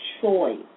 choice